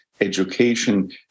education